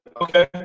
Okay